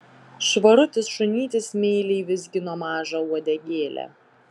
švarutis šunytis meiliai vizgino mažą uodegėlę